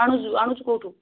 ଆଣୁଛୁ ଆଣୁଛୁ କେଉଁଠୁ